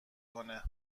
کنه